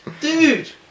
dude